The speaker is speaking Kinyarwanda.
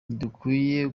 ntidukwiye